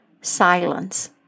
silence